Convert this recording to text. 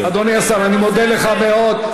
אדוני השר, אני מודה לך מאוד.